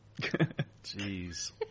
Jeez